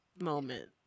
moment